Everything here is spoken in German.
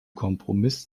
kompromiss